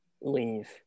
leave